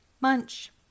munch